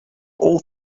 all